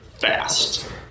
fast